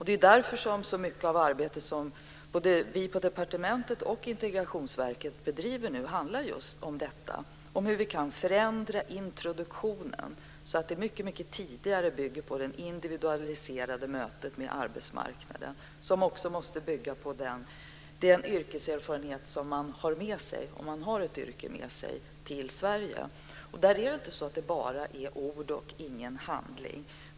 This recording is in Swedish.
Det är därför som så mycket av det arbete som både vi på departementet och man på Integrationsverket nu bedriver handlar just om hur vi kan förändra introduktionen, så att den mycket tidigare bygger på det individualiserade mötet med arbetsmarknaden. Om man har med sig ett yrke till Sverige måste introduktionen också bygga på detta. Det är inte bara ord och ingen handling.